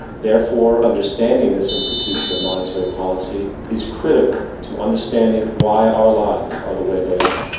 therefore, understanding this institution of monetary policy is critical to understanding why our lives are the way they are.